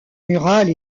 murale